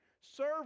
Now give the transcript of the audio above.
serve